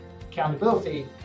accountability